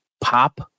pop